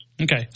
Okay